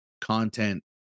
content